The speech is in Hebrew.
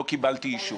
נכון.